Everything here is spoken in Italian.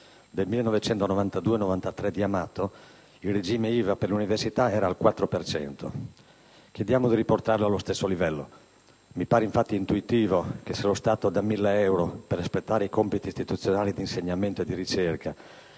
del 1992-1993 di Amato, l'aliquota IVA per le università era al 4 per cento. Chiediamo di riportarla allo stesso livello. Mi pare infatti intuitivo che se lo Stato dà 1.000 euro per espletare i compiti istituzionali di insegnamento e ricerca